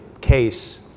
case